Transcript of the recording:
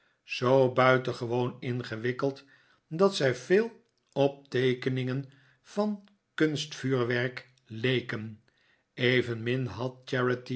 zoo buitengewoon ingewikkeld dat zij veel op teekeningen van kunstvuurwerken leken evenmin had